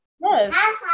yes